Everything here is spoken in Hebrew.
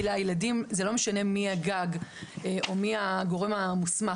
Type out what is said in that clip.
כי לילדים זה לא משנה מי הגג או מי הגורם המוסמך,